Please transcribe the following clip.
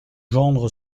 gendre